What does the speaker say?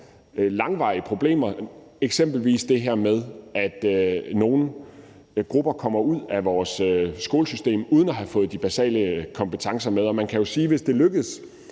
langvarige problemer, f.eks. det her med, at nogle grupper kommer ud af vores skolesystem uden at have fået de basale kompetencer med. Man kan jo sige – nu nævnte